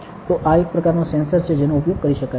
તો આ એક પ્રકારનો સેન્સર છે જેનો ઉપયોગ કરી શકાય છે